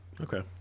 Okay